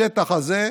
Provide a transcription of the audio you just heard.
השטח הזה,